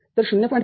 तर ०